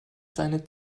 seine